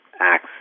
acts